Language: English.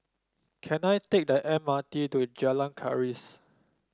can I take the M R T to Jalan Keris